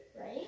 right